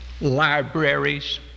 libraries